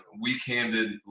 weak-handed